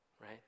Right